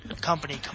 company